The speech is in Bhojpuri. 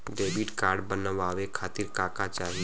डेबिट कार्ड बनवावे खातिर का का चाही?